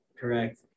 Correct